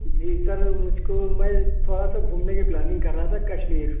جی sir مجھ کو میں تھوڑا سا گھومنے کی پلاننگ کر رہا تھا کشمیر